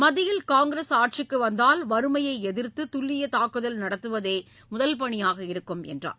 மத்தியில் காங்கிரஸ் ஆட்சிக்கு வந்தால் வறுமையை எதிர்த்து துல்லிய தாக்குதல் நடத்துவதே முதல்பணியாக இருக்கும் என்றார்